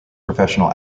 professional